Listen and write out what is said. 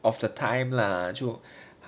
of the time lah 就